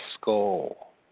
skull